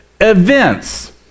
events